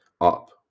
up